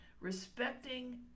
Respecting